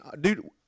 dude